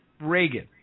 Reagan